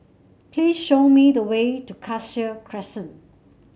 please show me the way to Cassia Crescent